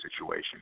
situation